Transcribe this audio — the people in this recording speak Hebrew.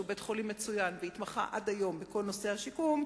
שהוא בית-חולים מצוין והתמחה עד היום בכל נושא השיקום,